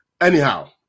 anyhow